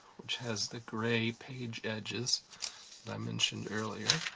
which has the grey page edges that i mentioned earlier. a